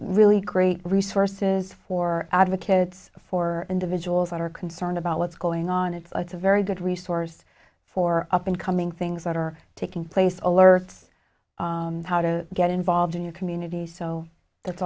really great resources for advocates for individuals that are concerned about what's going on it's a very good resource for up and coming things that are taking place all earth how to get involved in your community so that's